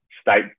State